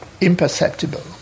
imperceptible